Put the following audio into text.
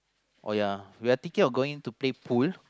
or ya we are thinking of going to play pool